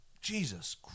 Jesus